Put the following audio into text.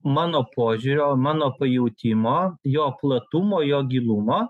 mano požiūrio mano pajautimo jo platumo jo gilumo